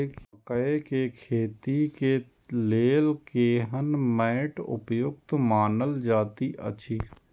मकैय के खेती के लेल केहन मैट उपयुक्त मानल जाति अछि?